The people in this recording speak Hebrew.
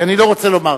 כי אני לא רוצה לומר,